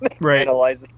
Right